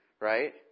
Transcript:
right